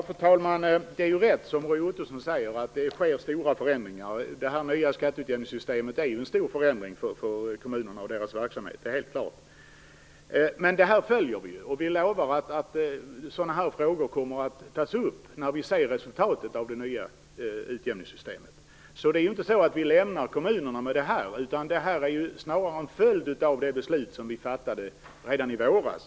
Fru talman! Det är rätt, som Roy Ottosson säger, att det sker stora förändringar. Det nya skatteutjämningssystemet innebär en stor förändring för kommunernas verksamhet. Men vi följer detta, och vi lovar att sådana här frågor kommer att tas upp när vi ser resultatet av det nya utjämningssystemet. Det är alltså inte så att vi lämnar kommunerna med det här beslutet. Det är snarare en följd av det beslut som vi fattade redan i våras.